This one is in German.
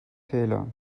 fehler